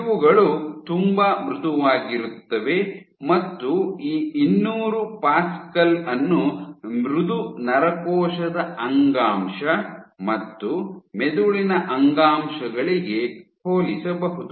ಇವುಗಳು ತುಂಬಾ ಮೃದುವಾಗಿರುತ್ತವೆ ಮತ್ತು ಈ ಇನ್ನೂರು ಪ್ಯಾಸ್ಕಲ್ ಅನ್ನು ಮೃದು ನರಕೋಶದ ಅಂಗಾಂಶ ಮತ್ತು ಮೆದುಳಿನ ಅಂಗಾಂಶಗಳಿಗೆ ಹೋಲಿಸಬಹುದು